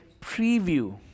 preview